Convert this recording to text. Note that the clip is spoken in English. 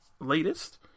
latest